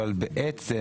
אבל בעצם